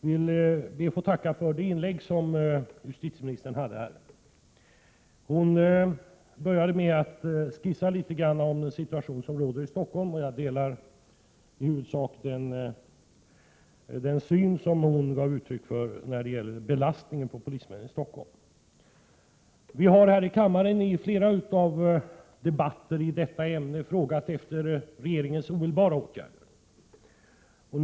Fru talman! Jag ber att få tacka för justitieministerns inlägg. Hon började med att skissa litet i fråga om den situation som råder i Stockholm, och jag delar i huvudsak den syn som hon gav uttryck för när det gäller belastningen på polismännen i Stockholm. Vi har här i kammaren i flera debatter i detta ämne frågat efter regeringens omedelbara åtgärder.